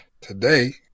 Today